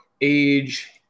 age